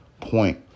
point